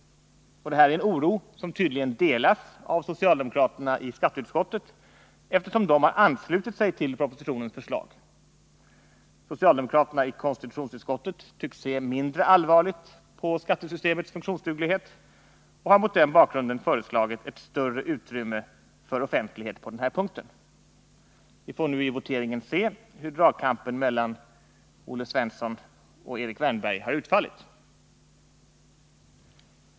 Och det här är en oro som tydligen delas av socialdemokraterna i skatteutskottet, eftersom de har anslutit sig till propositionens förslag. Socialdemokraterna i konstitutionsutskottet tycks se mindre allvarligt på skattesystemets funktionsduglighet och har mot den bakgrunden föreslagit större utrymme för offentlighet på den här punkten. Vi får nu se i voteringen hur dragkampen mellan Olle Svensson och Erik Wärnberg har utfallit.